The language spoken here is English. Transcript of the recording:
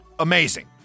amazing